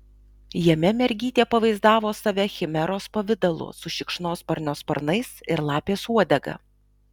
jame mergytė pavaizdavo save chimeros pavidalu su šikšnosparnio sparnais ir lapės uodega